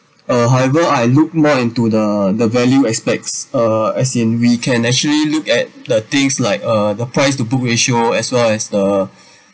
uh however I look more into the the value aspects uh as in we can actually look at the things like ah the price to book ratio as well as the